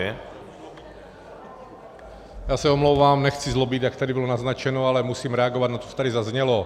Já se omlouvám, nechci zlobit, jak tady bylo naznačeno, ale musím reagovat na to, co tady zaznělo.